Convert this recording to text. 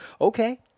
okay